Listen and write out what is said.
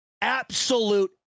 absolute